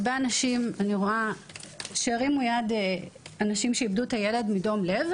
אני מבקשת שאנשים שאיבדו את הילד מדום לב,